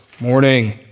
morning